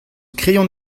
kreion